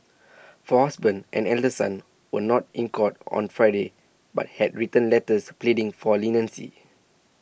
for husband and elder son were not in court on Friday but had written letters pleading for leniency